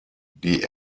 die